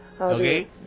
Okay